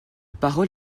parole